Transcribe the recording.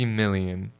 million